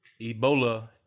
Ebola